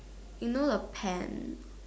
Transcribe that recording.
you know the pen